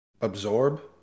absorb